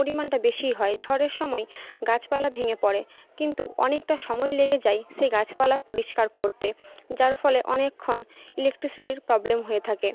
পরিমাণটা বেশিই হয় ঝড়ের সময় গাছপালা ভেঙে পড়ে কিন্তু অনেকটা সময় লেগে যায় সেই গাছপালা পরিষ্কার করতে যার ফলে অনেকক্ষণ ইলেকট্রিসিটির প্রবলেম হয়ে থাকে